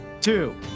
Two